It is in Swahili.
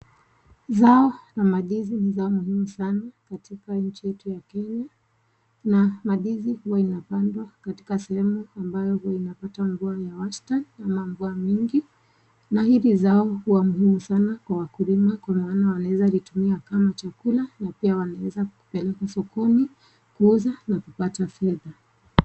Zao la mandizi ni zao muhimu sana katika nchi yetu ya Kenya na mandizi huwa inapandwa katika sehemu ambayo huwa inapata mvua ya wastan ama mvua mingi. Nahiri zao huwa muhimu sana kwa wakulima kwa maana wanaweza zitumia kama chakula na pia wanaweza kupeleka sokoni, kuuza na kupata fedha.